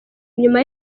inyuma